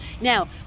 now